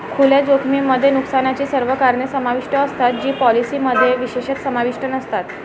खुल्या जोखमीमध्ये नुकसानाची सर्व कारणे समाविष्ट असतात जी पॉलिसीमध्ये विशेषतः समाविष्ट नसतात